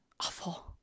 awful